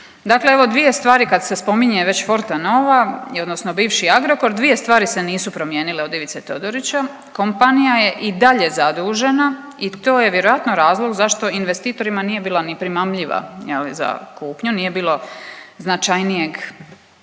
dakle evo, dvije stvari, kad se spominje već Fortenova, odnosno bivši Agrokor, dvije stvari se nisu promijenile od Ivice Todorića. Kompanija je i dalje zadužena i to je vjerojatno razlog zašto investitorima nije bila ni primamljiva, je li, za kupnju, nije bilo značajnijeg